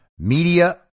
Media